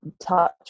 touch